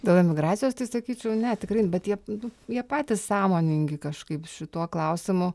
dėl emigracijos tai sakyčiau ne tikrai bet jie nu jie patys sąmoningi kažkaip šituo klausimu